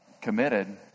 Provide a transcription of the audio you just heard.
committed